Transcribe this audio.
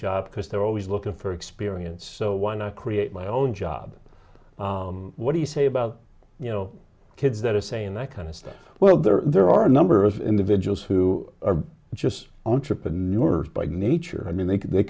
job because they're always looking for experience so when i create my own job what do you say about you know kids that are saying that kind of stuff well there are there are a number of individuals who are just entrepreneur by nature i mean they they